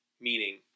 meaning